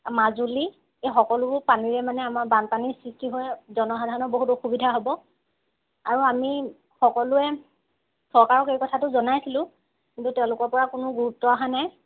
মাজুলী এই সকলোবোৰ পানীৰে মানে আমাৰ বানপানী সৃষ্টি হৈ জনসাধাৰণৰ বহুত অসুবিধা হ'ব আৰু আমি সকলোৱে চৰকাৰক এই কথাটো জনাইছিলো কিন্তু তেওঁলোকৰ পৰা কোনো গুৰুত্ব অহা নাই